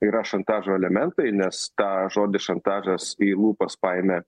yra šantažo elementai nes tą žodį šantažas į lūpas paėmė